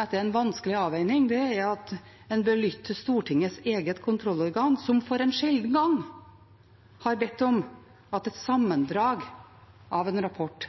etter en vanskelig avveining, er at en bør lytte til Stortingets eget kontrollorgan, som for en sjelden gangs skyld har bedt om at et sammendrag av en rapport